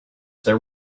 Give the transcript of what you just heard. their